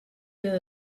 que